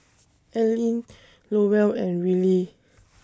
Alleen Lowell and Rillie